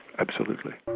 absolutely.